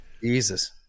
Jesus